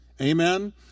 Amen